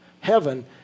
heaven